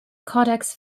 codex